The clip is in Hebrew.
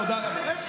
תודה רבה.